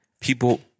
People